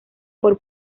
por